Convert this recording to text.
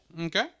Okay